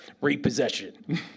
Repossession